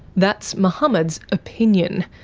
that's mohammed's opinion.